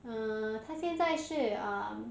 uh 她现在是 uh